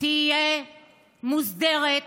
תהיה מוסדרת,